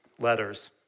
letters